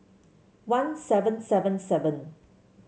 one seven seven seven